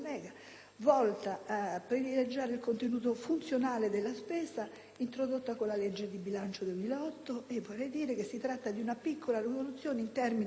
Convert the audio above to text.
volta a privilegiare il contenuto funzionale della spesa, struttura introdotta con la legge di bilancio 2008; vorrei dire che si tratta di una piccola rivoluzione in termini di